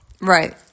Right